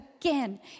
again